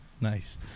nice